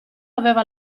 aveva